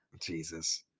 jesus